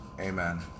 Amen